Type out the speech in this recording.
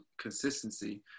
consistency